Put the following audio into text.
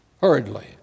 Hurriedly